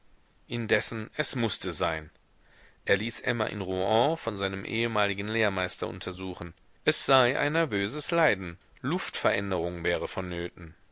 indessen es mußte sein er ließ emma in rouen von seinem ehemaligen lehrmeister untersuchen es sei ein nervöses leiden luftveränderung wäre vonnöten